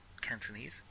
Cantonese